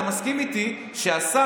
אתה מסכים איתי שהשר,